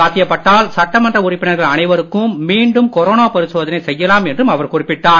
சாத்தியப் பட்டால் சட்டமன்ற உறுப்பினர்கள் அனைவருக்கும் மீண்டும் கொரோனா பரிசோதனை செய்யலாம் என்றும் அவர் குறிப்பிட்டார்